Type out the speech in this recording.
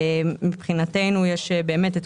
מבחינתנו יש כל